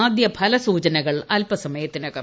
ആദ്യഫല സൂചനകൾ അൽപസമയത്തിനകം